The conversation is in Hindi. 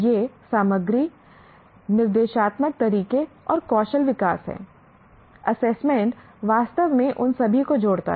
यह सामग्री निर्देशात्मक तरीके और कौशल विकास है असेसमेंट वास्तव में उन सभी को जोड़ता है